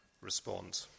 respond